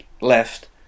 left